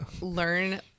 learn